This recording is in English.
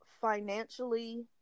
financially